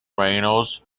reynolds